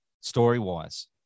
story-wise